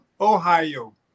Ohio